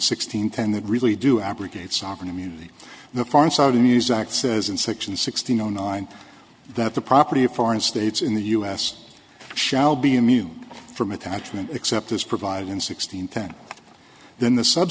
sixteen ten that really do abrogate sovereign immunity the foreign saudi muzak says in section sixty nine that the property of foreign states in the us shall be immune from attachment except as provided in sixteenth and then the sub